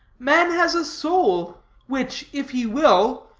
man has a soul which, if he will,